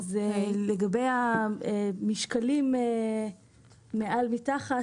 לגבי המשקלים מעל או מתחת,